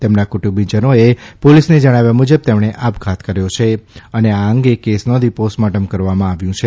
તેમના કુટુંબીજનોએ પોલીસને જણાવ્યા મુજબ તેમણે આપઘાત કર્યો છે અને આ અંગે કેસ નોંધી પોસ્ટમોર્ટમમ કરવામાં આવ્યું છે